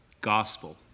gospel